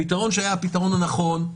הפתרון הנכון,